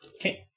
Okay